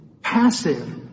passive